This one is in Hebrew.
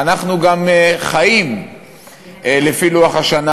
אנחנו גם חיים לפי לוח השנה